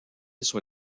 sur